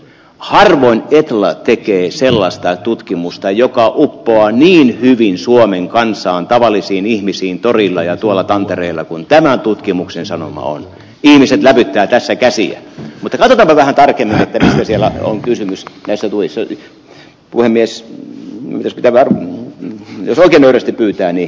harvoin vietellä tekee sellaista tutkimusta joka ottaa ihan hyvin suomen kansaan tavallisiin ihmisiintorilla ja tuolla tantereilla kuin tämän tutkimuksen sanoma on ihmisen läpi käydä sekä siitä mitä välillä levätäkin että siellä on kysymys ja se voi silti puhemies pystytetään risti pyytää niin